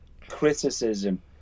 criticism